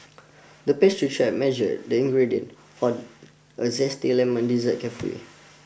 the pastry chef measured the ingredients for a zesty lemon dessert carefully